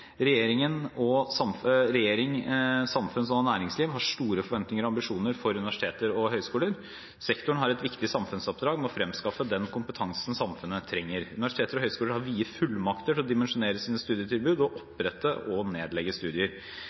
samfunns- og næringsliv har store forventninger og ambisjoner for universiteter og høyskoler. Sektoren har et viktig samfunnsoppdrag med å fremskaffe den kompetansen samfunnet trenger. Universiteter og høyskoler har vide fullmakter til å dimensjonere sine studietilbud og til å opprette og nedlegge studier.